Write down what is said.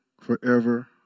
forever